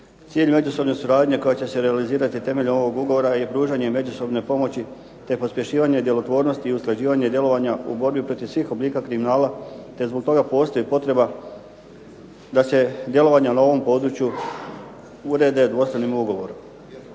cilju međusobne suradnje koja će se realizirati temeljem ovog ugovora je pružanje međusobne pomoći te pospješivanje djelotvornosti i usklađivanje djelovanja u borbi protiv svih oblika kriminala, te zbog toga postoji potreba da se djelovanja na ovom području urede dvostranim ugovorom.